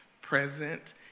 present